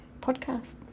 podcast